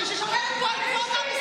אנחנו מכבדים את עליזה.